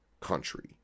country